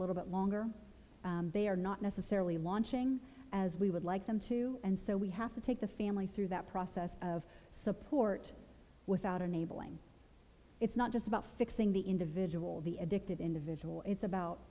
little bit longer they are not necessarily launching as we would like them to and so we have to take the family through that process of support without enabling it's not just about fixing the individual the addicted individual it's about